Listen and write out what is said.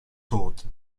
tod